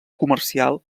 comercial